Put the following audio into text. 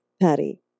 Patty